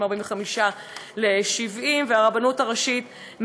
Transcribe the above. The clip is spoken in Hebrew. מ-45% ל-70%; והרבנות הראשית,